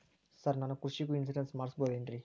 Sir ನಾನು ಕೃಷಿಗೂ insurance ಮಾಡಸಬಹುದೇನ್ರಿ?